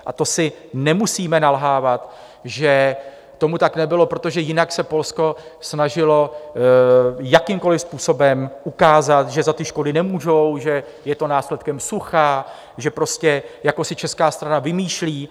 A to si nemusíme nalhávat, že tomu tak nebylo, protože jinak se Polsko snažilo jakýmkoli způsobem ukázat, že za ty škody nemůžou, že je to následkem sucha, že si česká strana vymýšlí.